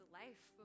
life